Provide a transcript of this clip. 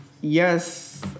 Yes